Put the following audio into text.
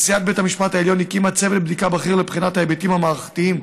נשיאת בית המשפט העליון הקימה צוות בדיקה בכיר לבחינת ההיבטים המערכתיים